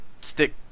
stick